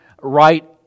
right